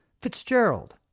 Fitzgerald